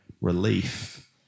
relief